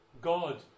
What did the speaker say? God